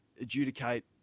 adjudicate